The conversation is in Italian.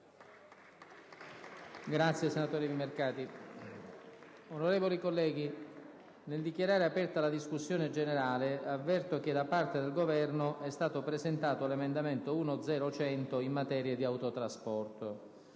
apre una nuova finestra"). Onorevoli colleghi, nel dichiarare aperta la discussione generale, avverto che da parte del Governo è stato presentato l'emendamento 1.0.100 in materia di autotrasporto.